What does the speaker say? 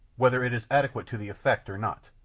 whether it is adequate to the effect or not.